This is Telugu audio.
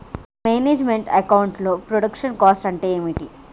మేనేజ్ మెంట్ అకౌంట్ లో ప్రొడక్షన్ కాస్ట్ అంటే ఏమిటి?